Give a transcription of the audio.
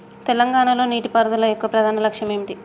తెలంగాణ లో నీటిపారుదల యొక్క ప్రధాన లక్ష్యం ఏమిటి?